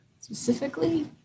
specifically